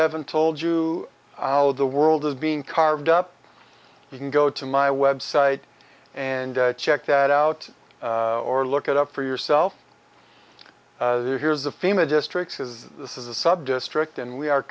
haven't told you how the world is being carved up you can go to my website and check that out or look it up for yourself here's the fema districts as this is a subdistrict and we are